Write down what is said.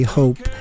hope